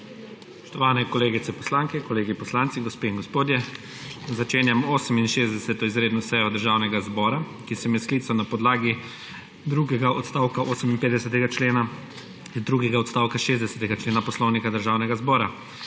Spoštovane kolegice poslanke, kolegi poslanci, gospe in gospodje. Začenjam 68. izredne sejo Državnega zbora, ki sem jo sklical na podlagi drugega odstavka 58. člena, drugega odstavka 60. člena Poslovnika Državnega zbora.